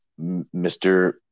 Mr